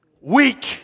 Weak